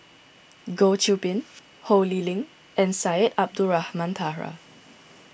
Goh Qiu Bin Ho Lee Ling and Syed Abdulrahman Taha